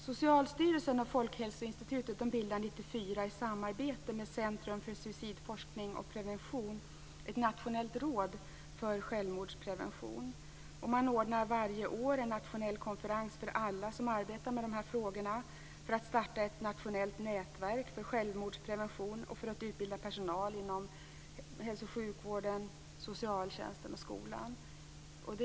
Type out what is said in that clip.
1994 i samarbete med Centrum för suicidforskning och prevention ett Nationellt råd för självmordsprevention. Man ordnar varje år en nationell konferens för alla som arbetar med dessa frågor, för att starta ett nationellt nätverk för självmordsprevention och för att utbilda personal inom hälso och sjukvården, socialtjänsten och skolan.